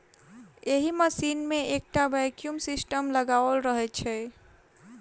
एहि मशीन मे एकटा वैक्यूम सिस्टम लगाओल रहैत छै